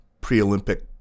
pre-Olympic